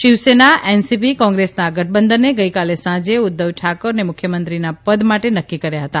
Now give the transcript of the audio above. Shiv Sena NCP કોંગ્રેસના ગઠબંધને ગઇકાલે સાંજે ઉદ્વવ ઠાકરેને મુખ્યમંત્રીનાપદ માટે નક્કી કર્યા હતા